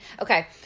Okay